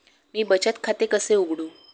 मी बचत खाते कसे उघडू?